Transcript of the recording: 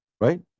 Right